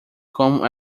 como